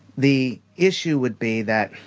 the issue would be that,